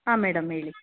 ಹಾಂ ಮೇಡಮ್ ಹೇಳಿ